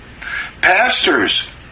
Pastors